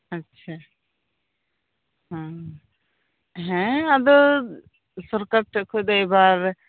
ᱚ ᱦᱮᱸ ᱦᱮᱸ ᱟᱫᱚ ᱥᱚᱨᱠᱟᱨ ᱴᱷᱮᱡ ᱠᱷᱚᱡ ᱫᱚ ᱮᱵᱟᱨ